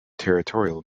territorial